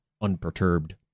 unperturbed